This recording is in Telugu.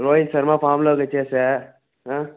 రోహిత్ శర్మ ఫామ్లోకి వచ్చేసా